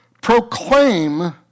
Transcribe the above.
Proclaim